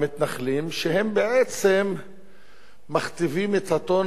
שהם בעצם מכתיבים את הטון בממשלתו,